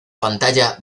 pantalla